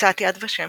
הוצאת יד ושם,